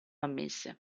ammesse